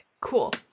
cool